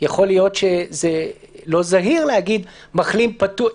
יכול להיות שזה לא זהיר להגיד מחלים פטור.